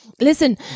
Listen